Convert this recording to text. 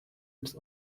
its